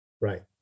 Right